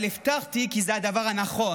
אבל הבטחתי כי זה הדבר הנכון,